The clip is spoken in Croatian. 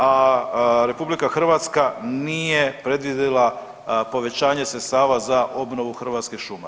A RH nije predvidjela povećanje sredstva za obnovu hrvatskih šuma.